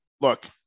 look